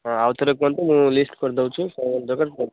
ହଁ ଆଉ ଥରେ କୁହନ୍ତୁ ମୁଁ ଲିଷ୍ଟ୍ କରିଦଉଛି କ'ଣ କ'ଣ ଦରକାର